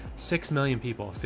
six million people. yeah.